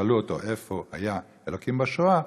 כששאלו אותו איפה היה אלוקים בשואה,